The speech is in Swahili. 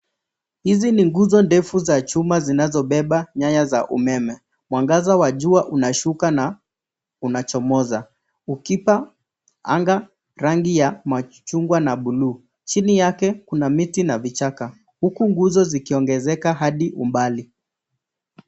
Hizi ni nguzo ndefu za chuma zinazobeba nyaya za umeme. Mwangaza wa jua unashuka na unachomoza ukipa anga rangi ya machungwa na buluu. Chini yake kuna miti na vichaka huku nguzo zikiongezeka hadi umbali.